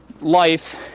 life